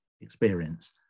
experience